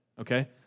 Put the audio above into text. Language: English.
Okay